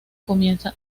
comienza